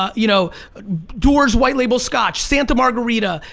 you know dewars white label scotch, santa margherita,